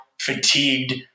fatigued